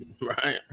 Right